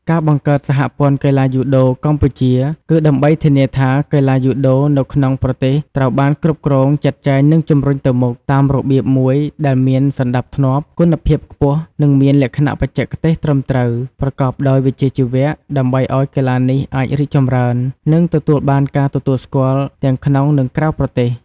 ការបង្កើត សហព័ន្ធកីឡាយូដូកម្ពុជា គឺដើម្បីធានាថា កីឡាយូដូនៅក្នុងប្រទេសត្រូវបាន គ្រប់គ្រង ចាត់ចែង និងជំរុញទៅមុខ តាមរបៀបមួយដែលមាន សណ្ដាប់ធ្នាប់ គុណភាពខ្ពស់ និងមានលក្ខណៈបច្ចេកទេសត្រឹមត្រូវ ប្រកបដោយវិជ្ជាជីវៈ ដើម្បីឱ្យកីឡានេះអាចរីកចម្រើន និងទទួលបានការទទួលស្គាល់ទាំងក្នុងនិងក្រៅប្រទេស។